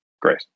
great